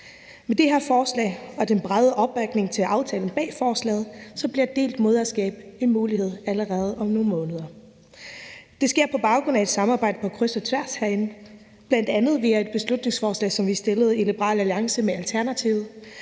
Med det her forslag og den brede opbakning til aftalen bag forslaget bliver delt moderskab en mulighed allerede om nogle måneder. Det sker på baggrund af et samarbejde på kryds og tværs herinde, bl.a. via et beslutningsforslag, som vi fremsatte i Liberal Alliance med Alternativet.